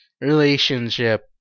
relationship